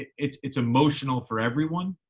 it's it's emotional for everyone.